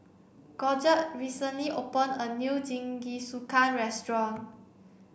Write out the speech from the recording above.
Georgette recently opened a new Jingisukan restaurant